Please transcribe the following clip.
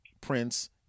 Prince